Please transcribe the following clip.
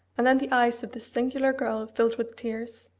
and then the eyes of this singular girl filled with tears.